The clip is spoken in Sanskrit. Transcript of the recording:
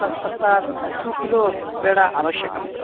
तत्पश्चात् टु किलो पेडा आवश्यकम्